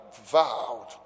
vowed